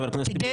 חבר הכנסת טיבי,